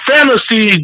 Fantasy